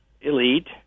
elite